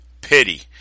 pity